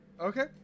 Okay